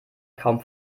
kaum